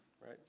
right